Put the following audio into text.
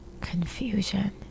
confusion